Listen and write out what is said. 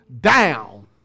down